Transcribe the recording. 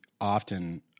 often